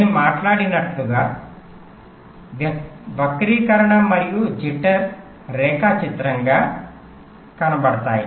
నేను మాట్లాడినట్లుగా వక్రీకరణ మరియు జిట్టర్ skew jitter రేఖాచిత్రంగా కనపడతాయి